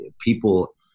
people